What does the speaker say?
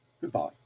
Goodbye